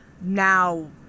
Now